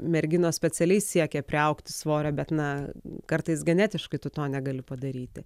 merginos specialiai siekia priaugti svorio bet na kartais genetiškai tu to negali padaryti